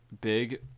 big